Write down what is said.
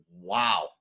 wow